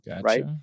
right